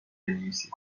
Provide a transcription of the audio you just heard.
بنویسید